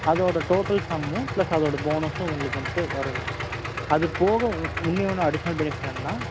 அதோட டோட்டல் சம்மும் பிளஸ் அதோட போனஸும் உங்களுக்கு வந்துவிட்டு வருங்க அதுபோக உ உன்னியொன்று அடிஷ்னல் பெனிஃபிட் என்னன்னா